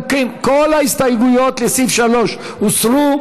אם כן, כל ההסתייגויות לסעיף 3 הוסרו.